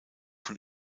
von